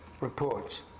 reports